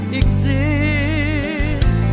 exist